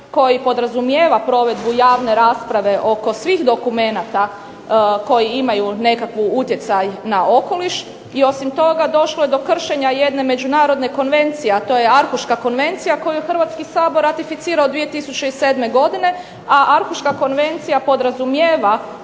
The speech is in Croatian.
koji podrazumijeva provedbu javne rasprave oko svih dokumenata koji imaju nekakav utjecaj na okoliš. I osim toga došlo je do kršenje jedne međunarodne konvencije, a to je Arhuška konvencija koju je Hrvatski sabor ratificirano 2007. godine, a Arhuška konvencija podrazumijeva